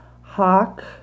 Hawk